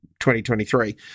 2023